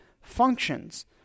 functions